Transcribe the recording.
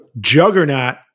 juggernaut